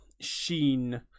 sheen